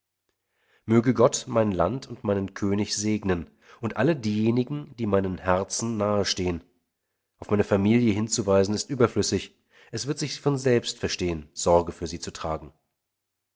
möge gott mein land und meinen könig segnen und alle diejenigen die meinem herzen nahestanden auf meine familie hinzuweisen ist überflüssig es wird sich von selbst verstehen sorge für sie zu tragen